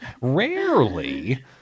Rarely